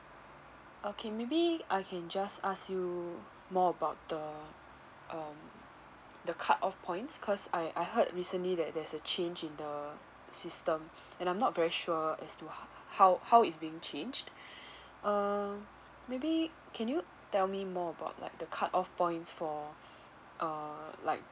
okay maybe I can just ask you more about the um the cutoff points cause I I heard recently that there's a change in the system and I'm not very sure as to h~ how how it's being changed err maybe can you tell me more about like the cutoff points for err like